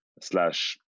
slash